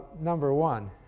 number one?